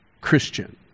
christian